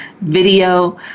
video